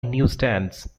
newsstands